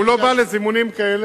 והוא לא בא לזימונים כאלה.